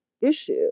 issue